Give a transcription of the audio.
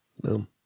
Boom